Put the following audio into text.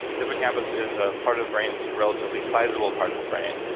hippocampus is a part of the brain, it's a relatively sizeable part of the brain,